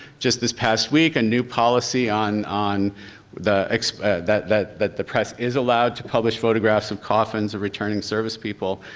just this past week a new policy on on the that that the press is allowed to publish photographs of coffins of returning service people.